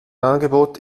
angebot